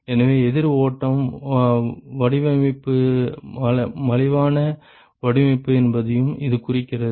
எனவே எதிர் ஓட்டம் வடிவமைப்பு மலிவான வடிவமைப்பு என்பதையும் இது குறிக்கிறது